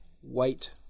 white